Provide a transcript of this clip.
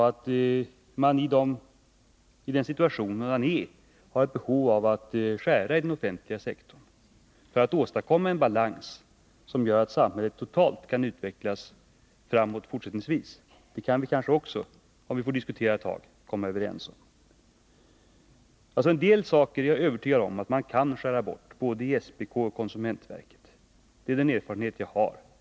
Att man i den situationen behöver skära i den offentliga sektorn för att åstadkomma en balans som gör att samhället totalt kan utvecklas framåt kan vi kanske också, om vi får diskutera ett tag, komma överens om. En del saker är jag övertygad om att man kan skära bort, både i SPK och i konsumentverket. Det är den erfarenhet jag har.